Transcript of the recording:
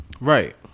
Right